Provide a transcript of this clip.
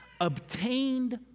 Obtained